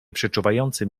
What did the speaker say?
przeczuwającym